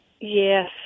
Yes